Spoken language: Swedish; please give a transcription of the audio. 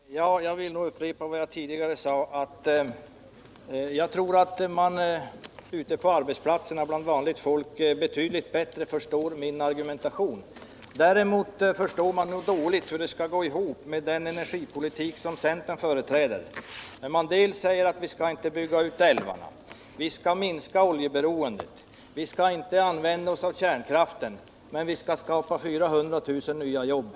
Herr talman! Jag vill upprepa vad jag tidigare sade, att jag tror att man ute på arbetsplatserna bland vanligt folk betydligt bättre förstår min argumentation. Däremot förstår man nog dåligt hur det skall gå ihop med den energipolitik som centern företräder, när man säger: Vi skall inte bygga ut älvarna, vi skall minska oljeberoendet, vi skall inte använda kärnkraften, men vi skall skapa 400 000 nya jobb.